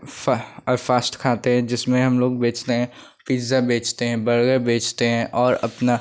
फ और फास्ट खाते हैं जिसमें हम लोग बेचते हैं पिज़्ज़ा बेचते हैं बर्गर बेचते हैं और अपना